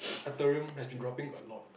Ethereum has been dropping a lot